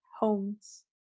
homes